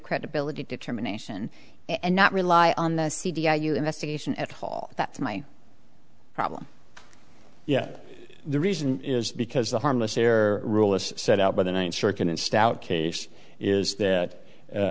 credibility determination and not rely on the c d i you investigation at hall that's my problem yes the reason is because the harmless air rule as set out by the ninth circuit and stay out case is that